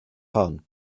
hon